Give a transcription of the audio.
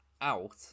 out